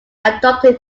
adopted